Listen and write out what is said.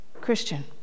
Christian